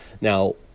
Now